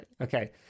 Okay